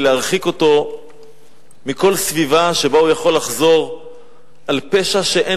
להרחיק אותו מכל סביבה שבה הוא יכול לחזור על פשע שאין